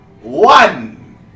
one